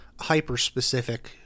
hyper-specific